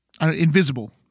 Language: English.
invisible